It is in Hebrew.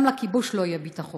גם לכיבוש לא יהיה ביטחון.